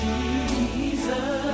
Jesus